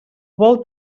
vol